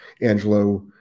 Angelo